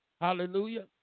hallelujah